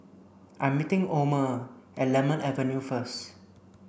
I'm meeting Omer at Lemon Avenue first